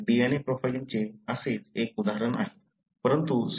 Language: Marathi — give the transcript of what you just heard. म्हणजे DNA प्रोफाइलिंगचे असेच एक उदाहरण आहे